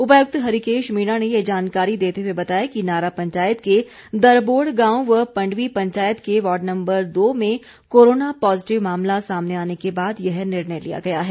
उपायुकत हरिकेश मीणा ने ये जानकारी देते हुए बताया कि नारा पंचायत के दरबोड़ गांव व पंडवी पंचायत के वॉर्ड नम्बर दो में कोरोना पॉजिटिव मामला सामने आने के बाद यह निर्णय लिया गया है